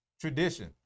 Tradition